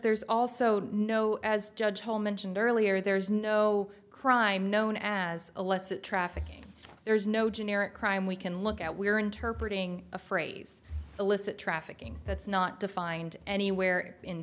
there's also no as judge paul mentioned earlier there's no crime known as illicit trafficking there is no generic crime we can look at we're interpretating a phrase illicit trafficking that's not defined anywhere in